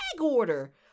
order